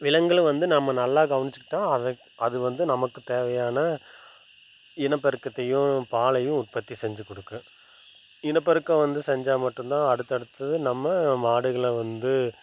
விலங்குகளை வந்து நம்ம நல்லா கவனிச்சிக்கிட்டால் அதுக்கு அது வந்து நமக்கு தேவையான இனப்பெருக்கத்தையும் பாலையும் உற்பத்தி செஞ்சு கொடுக்கும் இனப்பெருக்கம் வந்து செஞ்சால் மட்டுந்தான் அடுத்த அடுத்தது நம்ம மாடுகளை வந்து